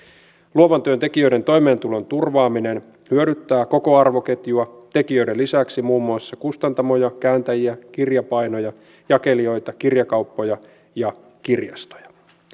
luovan työn tekijöiden toimeentulon turvaaminen hyödyttää koko arvoketjua tekijöiden lisäksi muun muassa kustantamoja kääntäjiä kirjapainoja jakelijoita kirjakauppoja ja kirjastoja